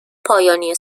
پایانی